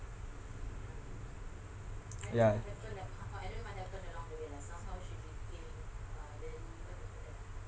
ya